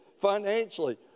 financially